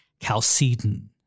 Chalcedon